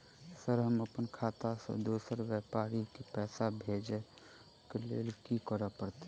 Sir हम अप्पन खाता सऽ दोसर व्यापारी केँ पैसा भेजक लेल की करऽ पड़तै?